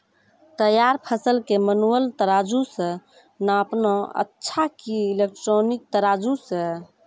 तैयार फसल के मेनुअल तराजु से नापना अच्छा कि इलेक्ट्रॉनिक तराजु से?